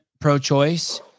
pro-choice